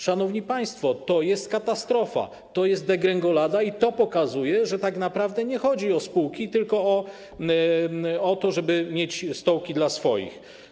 Szanowni państwo, to jest katastrofa, to jest degrengolada i to pokazuje, że tak naprawdę nie chodzi o spółki, tylko o to, żeby mieć stołki dla swoich.